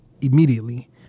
immediately